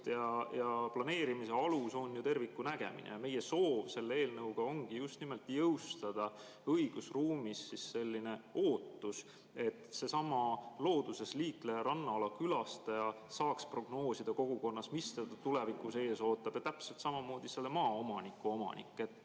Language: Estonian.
aga planeerimise alus on ju terviku nägemine. Ja meie soov selle eelnõuga ongi just nimelt jõustada õigusruumis selline ootus, et seesama looduses liikleja, rannaala külastaja saaks prognoosida kogukonnas, mis teda tulevikus ees ootab, ja täpselt samamoodi selle maaomandi omanik.